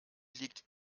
liegt